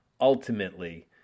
ultimately